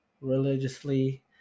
religiously